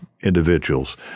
individuals